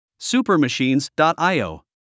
supermachines.io